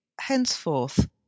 henceforth